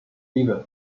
season